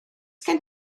gen